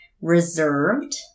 reserved